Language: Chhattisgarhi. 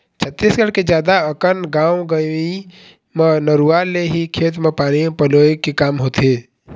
छत्तीसगढ़ के जादा अकन गाँव गंवई म नरूवा ले ही खेत म पानी पलोय के काम होथे